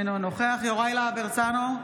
אינו נוכח יוראי להב הרצנו,